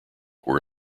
were